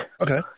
Okay